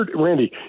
Randy